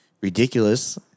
ridiculous